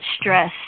stress